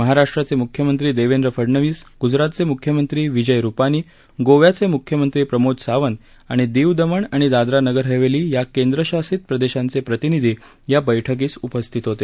महाराष्ट्राचे मुख्यमंत्री देवेंद्र फडणवीस गुजरातचे मुख्यमंत्री विजय रुपानी गोव्याचे मुख्यमंत्री प्रमोद सावंत आणि दीव दमण आणि दादरा नगरहवेली या केंद्रशासित प्रदेशांचे प्रतिनिधी या बैठकीस उपस्थित होते